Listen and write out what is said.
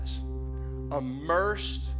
immersed